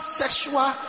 sexual